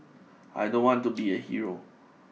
I don't want to be a hero